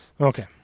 Okay